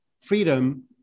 freedom